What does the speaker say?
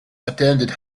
attended